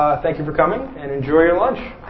ah thank you for coming, and enjoy your lunch.